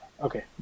okay